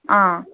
हां